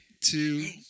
two